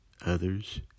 Others